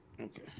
okay